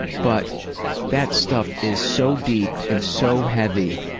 but that stuff is so deep and so heavy,